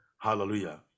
Hallelujah